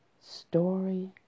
Story